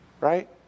Right